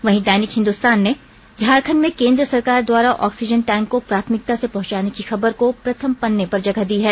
वहीं दैनिक हिन्दुस्तान ने झारखंड में केन्द्र सरकार द्वारा ऑक्सीजन टैंक को प्राथमिकता से पहुंचाने की खबर को प्रथम पन्ने पर जगह दी है